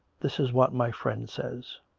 this is what my friend says.